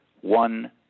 one